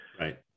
Right